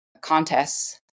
contests